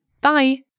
Bye